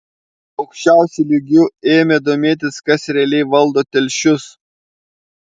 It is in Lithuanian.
aukščiausiu lygiu ėmė domėtis kas realiai valdo telšius